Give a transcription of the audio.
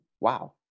Wow